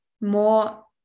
more